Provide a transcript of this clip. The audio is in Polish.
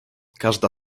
każda